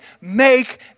make